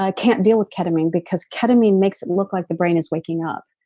ah can't deal with ketamine because ketamine makes it look like the brain is waking up,